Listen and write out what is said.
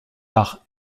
par